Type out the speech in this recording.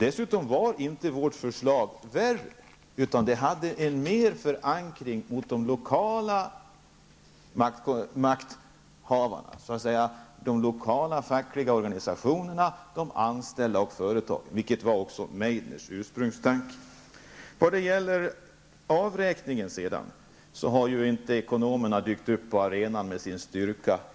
Dessutom var inte vårt förslag värre, utan det hade större förankring bland de lokala makthavarna, i form av de lokala fackliga organisationerna, de anställda och företagen, vilket också var Meidners ursprungstanke. Vad gäller avräkningen är det ju inte så att ekonomerna just i dag har dykt upp på arenan med sin styrka.